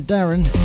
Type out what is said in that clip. Darren